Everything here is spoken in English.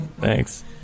Thanks